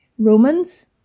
Romans